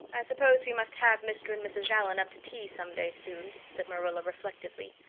i suppose we must have mr. and mrs. allan up to tea someday soon, said marilla reflectively.